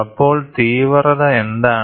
അപ്പോൾ തീവ്രത എന്താണ്